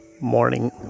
Morning